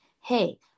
hey